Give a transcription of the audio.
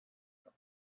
for